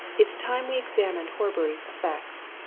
it's time we examined horbury's effects.